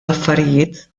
affarijiet